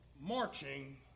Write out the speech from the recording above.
marching